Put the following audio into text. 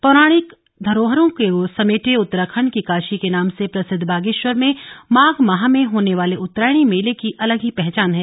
पौराणिक धरोहरों को समेटे उत्तराखंड की काशी के नाम से प्रसिद्ध बागेश्वर में माध माह में होने वाले उत्तरायणी मेले की अलग ही पहचान है